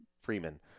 freeman